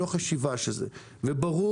ברור